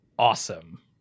awesome